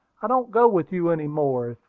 i don't go with you any more,